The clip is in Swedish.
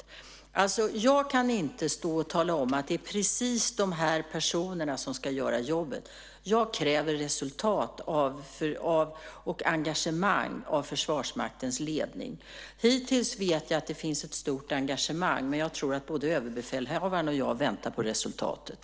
Jag kan alltså inte stå och tala om precis vilka personer som ska göra jobbet. Jag kräver resultat och engagemang av Försvarsmaktens ledning. Hittills vet jag att det finns ett stort engagemang. Men jag tror att både överbefälhavaren och jag väntar på resultatet.